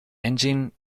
engine